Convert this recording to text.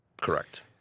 Correct